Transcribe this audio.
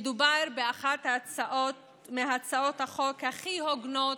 מדובר באחת מהצעות החוק הכי הוגנות,